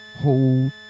Hold